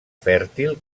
fèrtil